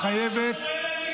שום מילה.